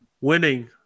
Winning